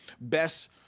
best